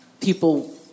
people